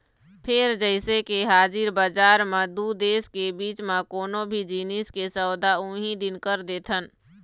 फेर जइसे के हाजिर बजार म दू देश के बीच म कोनो भी जिनिस के सौदा उहीं दिन कर देथन